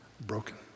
broken